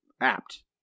apt